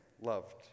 loved